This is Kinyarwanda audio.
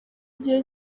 igihe